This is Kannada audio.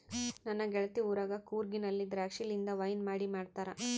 ನನ್ನ ಗೆಳತಿ ಊರಗ ಕೂರ್ಗಿನಲ್ಲಿ ದ್ರಾಕ್ಷಿಲಿಂದ ವೈನ್ ಮಾಡಿ ಮಾಡ್ತಾರ